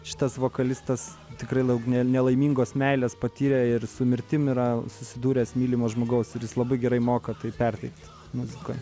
šitas vokalistas tikrai daug ne nelaimingos meilės patyrė ir su mirtim yra susidūręs mylimo žmogaus kuris labai gerai moka tai perteikt muzikoj